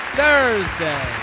thursday